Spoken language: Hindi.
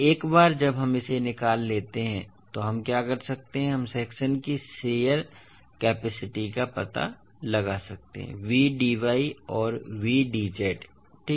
तो एक बार जब हम इसे निकाल लेते हैं तो हम क्या कर सकते हैं हम सेक्शन की शियर कैपेसिटी का पता लगा सकते हैं Vdy और Vdz ठीक है